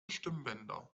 stimmbänder